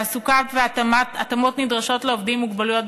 תעסוקה והתאמות נדרשות לעובדים עם מוגבלויות